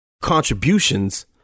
contributions